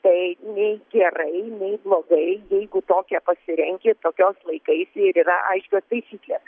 tai nei gerai nei blogai jeigu tokią pasirenki tokios laikaisi ir yra aiškios taisyklės